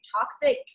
toxic